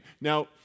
Now